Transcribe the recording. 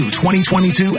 2022